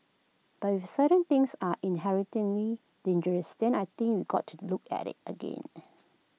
but if certain things are inherently dangerous then I think we got to look at IT again